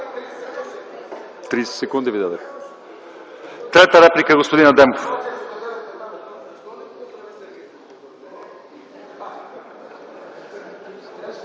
Трета реплика – господин Адемов.